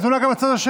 הוא לא מופיע, איתן.